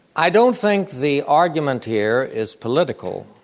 i don't think the argument here is political.